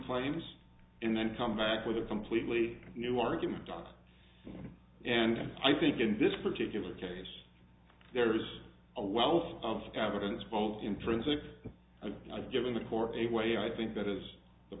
claims and then come back with a completely new argument and i think in this particular case there's a wealth of evidence both intrinsic and giving the court a way i think that is the